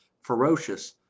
ferocious